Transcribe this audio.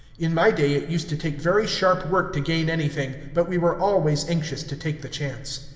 in my day it used to take very sharp work to gain anything, but we were always anxious to take the chance.